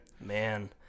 man